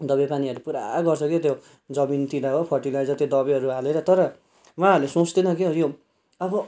दबाई पानीहरू पुरा गर्छ कि त्यो जमिनतिर हो फर्टिलाइजर त्यो दबाईहरू हालेर तर उहाँहरूले सोच्दैन के हो यो अब